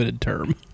term